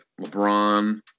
LeBron